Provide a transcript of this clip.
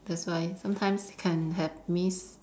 that's why sometimes can have mis~